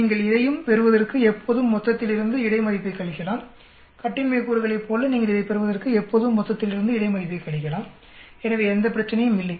நீங்கள் இதையும் பெறுவதற்கு எப்போதும் மொத்தத்திலிருந்து இடை மதிப்பை கழிக்கலாம் கட்டின்மை கூறுகளைப் போல நீங்கள் இதைப் பெறுவதற்கு எப்போதும் மொத்தத்திலிருந்து இடை மதிப்பை கழிக்கலாம் எனவே எந்த பிரச்சனையும் இல்லை